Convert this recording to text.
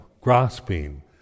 grasping